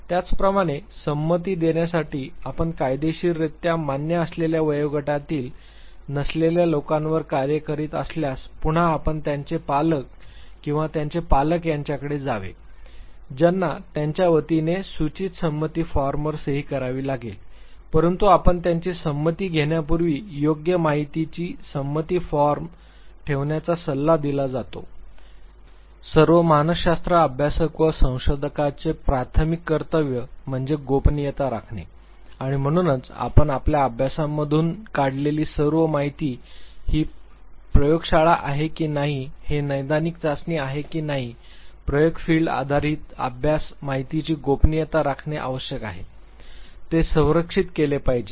त्याचप्रमाणे संमती देण्यासाठी आपण कायदेशीररित्या मान्य असलेल्या वयोगटातील नसलेल्या लोकांवर कार्य करीत असल्यास पुन्हा आपण त्यांचे पालक किंवा त्यांचे पालक यांच्याकडे जावे ज्यांना त्यांच्या वतीने सूचित संमती फॉर्मवर सही करावी लागेल परंतु आपण त्यांची संमती घेण्यापूर्वी योग्य माहितीची संमती फॉर्म हान ठेवण्याचा सल्ला दिला जातो अभ्यास सर्व संशोधकाची प्राथमिक कर्तव्य सर्व मानसशास्त्रज्ञ म्हणजे गोपनीयता राखणे आणि म्हणूनच आपण आपल्या अभ्यासामधून काढलेली सर्व माहिती ही एक प्रयोगशाळा आहे की नाही हे नैदानिक चाचणी आहे की नाही प्रयोग फील्ड आधारित अभ्यास माहितीची गोपनीयता राखणे आवश्यक आहे ते संरक्षित केले पाहिजे